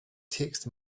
text